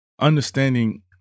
understanding